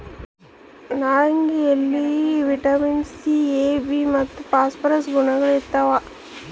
ನಾರಂಗಿಯಲ್ಲಿ vitamin C A B ಮತ್ತು phosphorus ಗುಣಗಳಿರ್ತಾವ